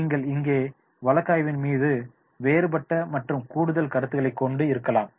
நீங்கள் இங்கே வழக்காய்வின் மீது வேறுபட்ட மற்றும் கூடுதல் கருத்துக்களைக் கொண்டு இருக்கலாம்